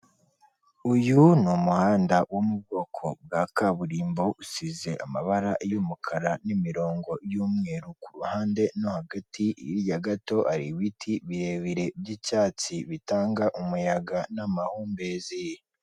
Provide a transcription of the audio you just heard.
Uyu umuhanda wo mu bwoko bwa kaburimbo usize amabara y'umukara n'imirongo y'umweru ku ruhande no hagati, hirya gato hari ibiti birebire by'icyatsi bitanga umuyaga n'amahumbezi.